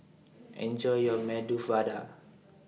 Enjoy your Medu Vada